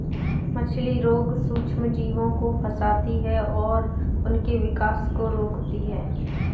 मछली रोग सूक्ष्मजीवों को फंसाती है और उनके विकास को रोकती है